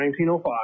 1905